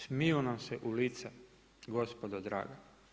Smiju nam se u lice gospodo draga.